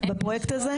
בפרויקט הזה.